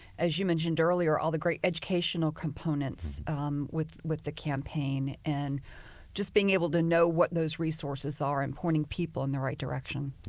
as you mentioned earlier, all the great educational components with with the campaign, and just being able to know what those resources are and pointing people in the right direction.